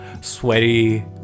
sweaty